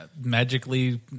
magically